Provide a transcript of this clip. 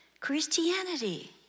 Christianity